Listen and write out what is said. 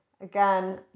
Again